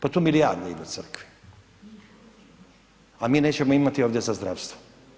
Pa tu milijarde idu crkvi, a mi nećemo imati ovdje za zdravstvo.